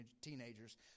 teenagers